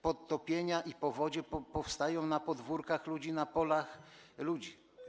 Podtopienia i powodzie powstają na podwórkach ludzi, na polach ludzi.